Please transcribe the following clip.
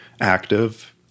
active